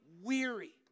weary